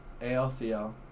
ALCL